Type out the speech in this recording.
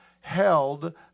held